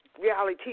reality